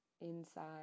Inside